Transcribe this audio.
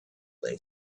lay